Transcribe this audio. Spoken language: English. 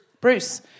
Bruce